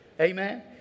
Amen